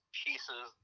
pieces